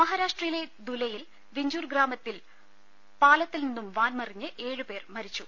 മഹാരാഷ്ട്രയിലെ ദുലൈയിലെ വിഞ്ചുർ ഗ്രാമത്തിൽ പാല ത്തിൽ നിന്നും വാൻ മറിഞ്ഞ് ഏഴുപേർ മരിച്ചു